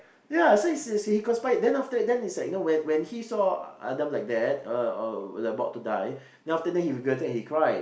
ya so he say say he conspired then after then he's like know when when he saw Adam like that about to die then after that he regretted and he cry